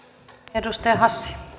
arvoisa puhemies